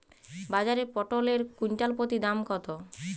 বাজারে পটল এর কুইন্টাল প্রতি দাম কত?